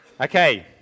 Okay